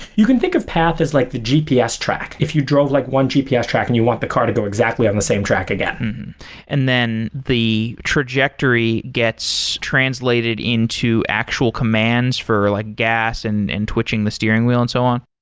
you can think of path as like the gps track. if you drove like one gps track and you want the car to go exactly on the same track again and then the trajectory gets translated into actual commands for like gas and and twitching the steering wheel and so on?